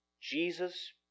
Jesus